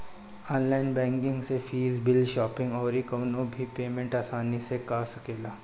online banking से fees, bill, shopping अउरी कवनो भी पेमेंट आसानी से कअ सकेला